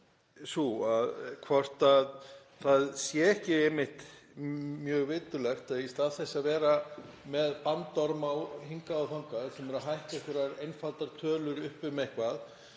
sú hvort það sé ekki einmitt mjög viturlegt að í stað þess að vera með bandorma hingað og þangað, til að hækka einhverjar einfaldar tölur upp um eitthvað